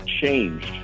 changed